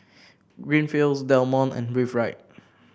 Greenfields Del Monte and Breathe Right